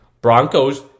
Broncos